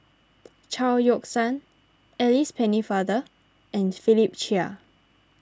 Chao Yoke San Alice Pennefather and Philip Chia